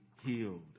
healed